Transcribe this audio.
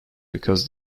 because